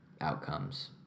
outcomes